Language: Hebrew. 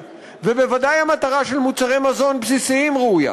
וודאי שהמטרה של מוצרי מזון בסיסיים ראויה.